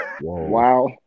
Wow